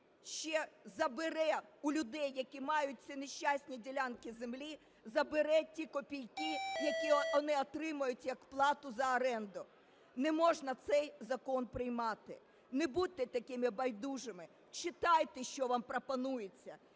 ще забере у людей, які мають ці нещасні ділянки землі, забере ті копійки, які вони отримають як плату за оренду. Не можна цей закон приймати. Не будьте такими байдужими, читайте, що вам пропонується,